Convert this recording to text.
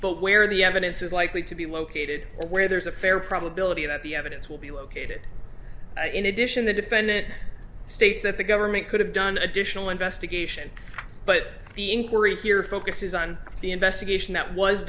but where the evidence is likely to be located where there is a fair probability that the evidence will be located in addition the defendant states that the government could have done additional investigation but the inquiry here focuses on the investigation that was